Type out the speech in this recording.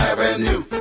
Avenue